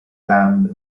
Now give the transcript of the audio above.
lamb